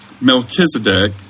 Melchizedek